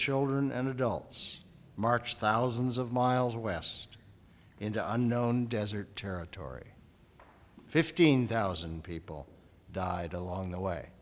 children and adults marched thousands of miles west into unknown desert territory fifteen thousand people died along the way